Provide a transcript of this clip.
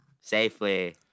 Safely